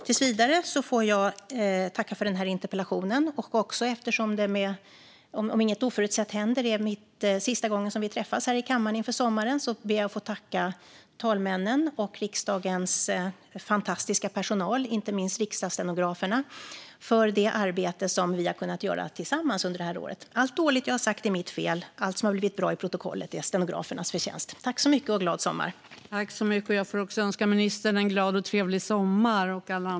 Tills vidare får jag tacka för den här interpellationen. Om inget oförutsett händer är detta sista gången vi träffas här i kammaren inför sommaren, och därför ber jag att få tacka talmännen och riksdagens fantastiska personal, inte minst riksdagsstenograferna, för det arbete som vi har kunnat göra tillsammans under det här året. Allt dåligt jag har sagt är mitt fel, allt som har blivit bra i protokollet är stenografernas förtjänst. Tack så mycket, och glad sommar!